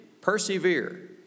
persevere